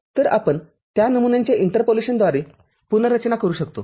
तरआपण त्या नमुन्यांच्या इंटरपोलेशनद्वारे पुनर्रचना करू शकतो